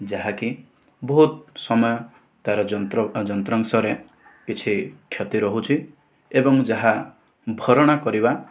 ଯାହାକି ବହୁତ ସମୟ ତା'ର ଯନ୍ତ୍ର ଯନ୍ତ୍ରାଂଶର କିଛି କ୍ଷତି ରହୁଛି ଏବଂ ଯାହା ଭରଣା କରିବା